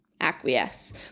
acquiesce